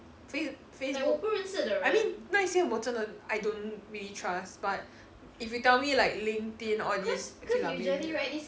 face facebook I mean 那些我真的 I don't really trust but if you tell me like LinkedIn all these okay lah maybe